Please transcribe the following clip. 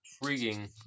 intriguing